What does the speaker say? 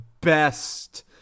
best